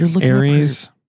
Aries